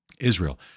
Israel